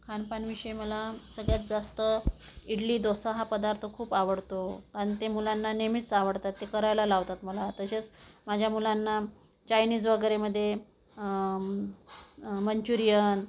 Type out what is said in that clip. खानपानविषयी मला सगळ्यात जास्त इडली डोसा हा पदार्थ खूप आवडतो अन् ते मुलांना नेहमीच आवडतात ते करायला लावतात मला तसेच माझ्या मुलांना चायनीज वगैरेमध्ये मंचुरियन